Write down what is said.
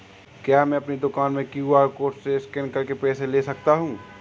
क्या मैं अपनी दुकान में क्यू.आर कोड से स्कैन करके पैसे ले सकता हूँ?